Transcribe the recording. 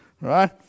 right